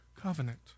covenant